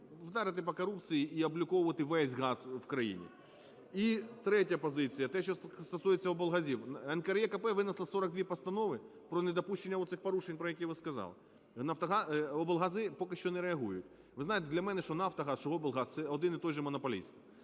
вдарити по корупції і обліковувати весь газ у країні. І третя позиція, те, що стосується облгазів. НКРЕКП винесла 42 постанови про недопущення оцих порушень, про які ви сказали. Облгази поки що не реагують. Ви знаєте, для мене що "Нафтогаз", що облгаз – це один і той же монополіст.